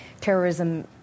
terrorism